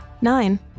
nine